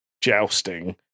jousting